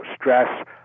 stress